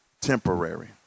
temporary